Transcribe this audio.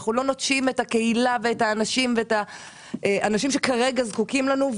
אנחנו לא נוטשים את הקהילה ואת האנשים שכרגע זקוקים לנו,